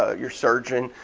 ah your surgeon.